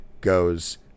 goes